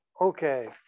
okay